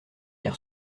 hier